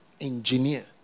engineer